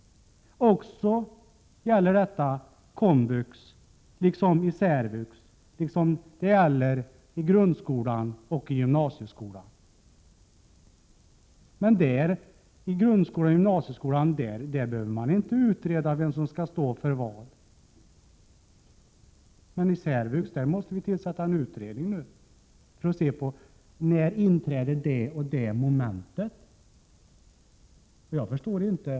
Det gäller i komvux liksom i särvux, det gäller i grundskolan och gymnasieskolan. I fråga om grundskolan och gymnasieskolan behöver man inte utreda vem som skall stå för vad, men när det gäller särvux måste vi tillsätta en utredning för att se på när det och det momentet 141 inträder.